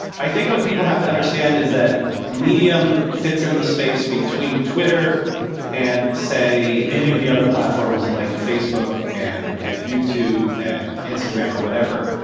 i think what people have to understand is that medium fits in the space between twitter and say, any of the other platforms like facebook and and youtube and instagram or whatever,